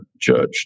judge